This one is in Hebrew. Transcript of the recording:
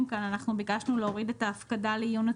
מוקדמת" ההנחיות שבהחלטה